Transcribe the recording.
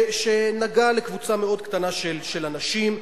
שנגע לקבוצה מאוד קטנה של אנשים,